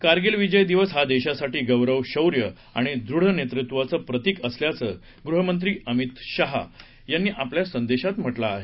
कारगिल विजय दिवस हा देशासाठी गौरव शौर्य आणि दृढ नेतृत्वाचे प्रतिक असल्याचं गृहमंत्री अमित शहा यांनी आपल्या संदेशात म्हटलं आहे